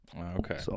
Okay